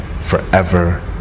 forever